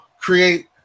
create